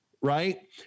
right